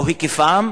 היקפם